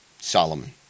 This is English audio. Solomon